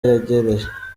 yegereje